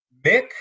Mick